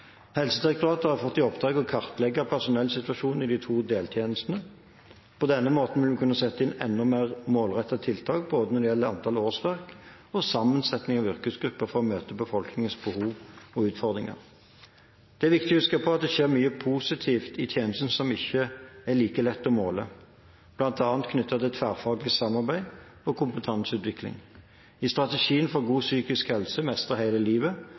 Helsedirektoratet har fått i oppdrag å kartlegge personellsituasjonen i de to deltjenestene. På denne måten vil vi kunne sette inn enda mer målrettede tiltak når det gjelder både antall årsverk og sammensetting av yrkesgrupper, for å møte befolkningens behov og utfordringer. Det er viktig å huske på at det skjer mye positivt i tjenestene som ikke er like lett å måle, bl.a. knyttet til tverrfaglig samarbeid og kompetanseutvikling. I strategien for god psykisk helse, Mestre hele livet,